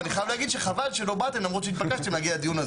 ואני חייב להגיד שחבל שלא באתם למרות שהתבקשתם להגיע לדיון הזה.